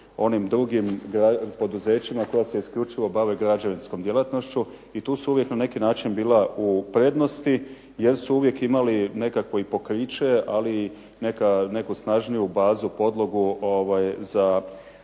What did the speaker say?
onim drugim poduzećima koja se isključivo bave građevinskom djelatnošću. I tu su uvijek na neki način bila u prednosti, jer su uvijek imali nekakvo i pokriće, ali i neku snažniju bazu, podlogu za